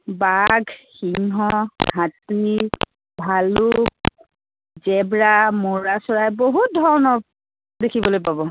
বাঘ সিংহ হাতী ভালুক জেব্ৰা মৌৰা চৰাই বহুত ধৰণৰ দেখিবলৈ পাব